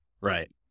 Right